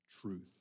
truth